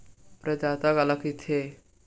प्रदाता काला कइथे?